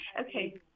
Okay